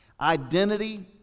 Identity